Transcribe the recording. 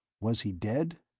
was he dead?